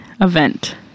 event